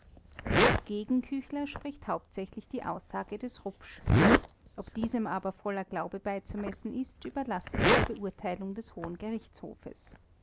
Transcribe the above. gegen küchler spricht hauptsächlich die aussage des rupsch ob diesem aber voller glaube beizumessen ist überlasse ich der beurteilung des hohen gerichtshofes